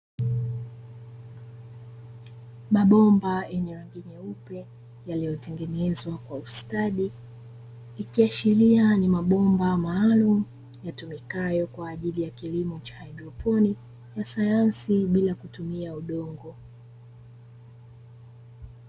Mabomba yenye rangi meupe yaliotengenezwa kwa ustadi, ikiashiria ni mabomba maalumu yatumikayo kwa ajili ya kilimo cha haidroponi cha sayansi bila kutumia udongo.